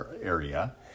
area